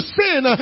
sin